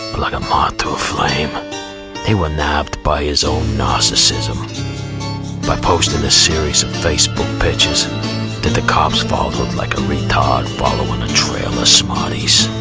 like a moth to a flame they were napped by his own narcissism by posting a series of facebook pitches did the cops fall look like a retard following a trail of smarties